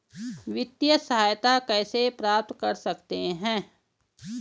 वित्तिय सहायता कैसे प्राप्त कर सकते हैं?